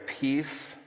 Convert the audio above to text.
peace